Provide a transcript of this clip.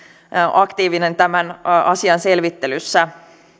aktiivinen tämän asian selvittelyssä